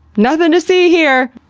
nothing to see here!